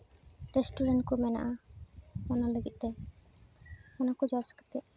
restaurant ᱠᱚ ᱢᱮᱱᱟᱜᱼᱟ ᱚᱱᱟ ᱞᱟᱹᱜᱤᱫ ᱛᱮ ᱚᱱᱟᱠᱚ ᱡᱚᱥ ᱠᱟᱛᱮᱫ